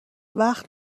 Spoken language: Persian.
وقت